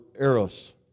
eros